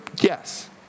Yes